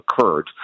occurred